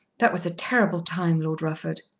that was a terrible time, lord rufford.